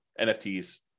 NFTs